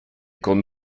con